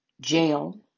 jail